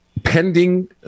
Pending